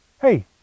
Hey